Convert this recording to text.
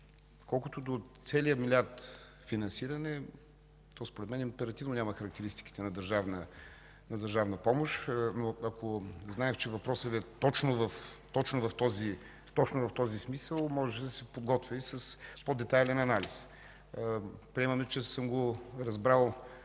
Колкото до целия милиард финансиране, според мен императивно няма характеристиките на държавна помощ. Но ако знаех, че въпросът Ви е точно в този смисъл, можех да се подготвя с по-детайлен анализ. Приемаме, че съм го разбрал